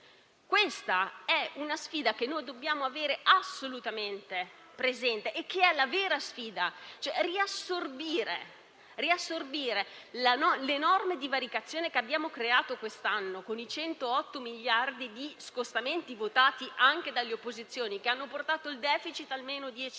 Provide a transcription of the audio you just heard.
la vera sfida, che dobbiamo avere assolutamente presente: dobbiamo riassorbire l'enorme divaricazione che abbiamo creato quest'anno con i 108 miliardi di scostamenti, votati anche dalle opposizioni, che hanno portato il *deficit* a meno 10,8